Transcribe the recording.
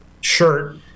shirt